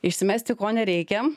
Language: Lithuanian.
išsimesti ko nereikia